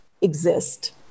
exist